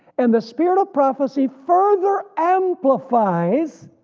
and the spirit of prophecy further amplifies